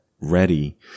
ready